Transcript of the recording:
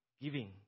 giving